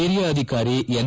ಓರಿಯ ಅಧಿಕಾರಿ ಎನ್